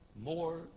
more